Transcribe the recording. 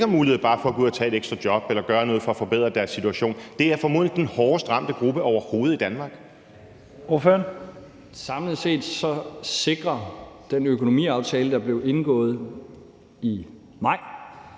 som jo ikke har mulighed for bare at gå ud og tage et ekstra job eller gøre noget for at forbedre deres situation? Det er formodentlig den hårdest ramte gruppe overhovedet i Danmark. Kl. 10:34 Første næstformand (Leif Lahn